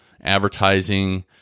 advertising